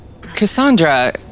Cassandra